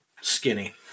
skinny